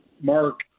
mark